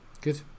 good